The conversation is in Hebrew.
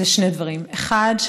יש שני דברים: אחד,